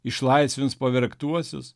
išlaisvins pavergtuosius